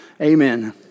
amen